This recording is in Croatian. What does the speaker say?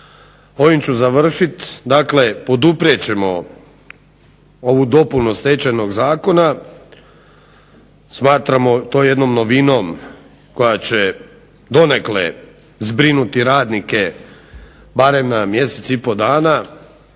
ovim ću završit. Dakle poduprijet ćemo ovu dopunu Stečajnog zakona, smatramo to jednom novinom koja će donekle zbrinuti radnike barem na mjesec i pol dana